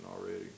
already